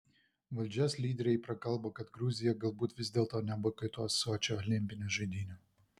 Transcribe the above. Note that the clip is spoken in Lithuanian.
valdžios lyderiai prakalbo kad gruzija galbūt vis dėlto neboikotuos sočio olimpinių žaidynių